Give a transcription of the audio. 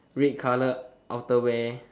right colour outer wear